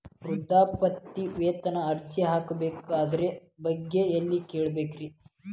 ವೃದ್ಧಾಪ್ಯವೇತನ ಅರ್ಜಿ ಹಾಕಬೇಕ್ರಿ ಅದರ ಬಗ್ಗೆ ಎಲ್ಲಿ ಕೇಳಬೇಕ್ರಿ?